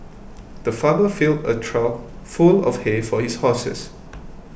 the farmer filled a trough full of hay for his horses